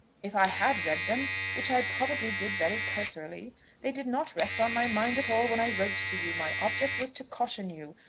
if i had read them which i probably did very cursorily they did not rest on my mind at all when i wrote to you. my object was to caution you,